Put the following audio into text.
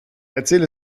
erzähl